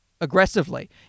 aggressively